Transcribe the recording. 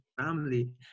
family